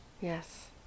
Yes